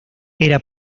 era